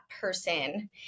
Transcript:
person